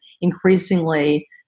increasingly